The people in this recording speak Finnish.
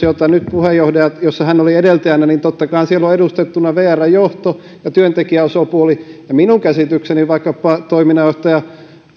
jota nyt puheenjohdan ja jossa hän oli edeltäjänä on totta kai edustettuna vrn johto ja työntekijäosapuoli ja minun käsitykseni mukaan vaikkapa toiminnanjohtaja